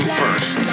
first